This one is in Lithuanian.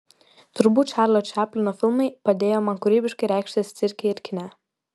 turbūt čarlio čaplino filmai padėjo man kūrybiškai reikštis cirke ir kine